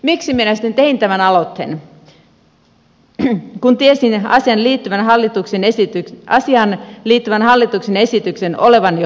miksi minä sitten tein tämän aloitteen kun tiesin asiaan liittyvän hallituksen esityksen olevan jo tulossa